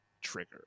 trigger